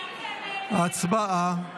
הצבעה.